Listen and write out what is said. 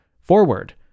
forward